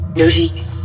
Logique